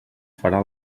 farà